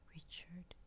Richard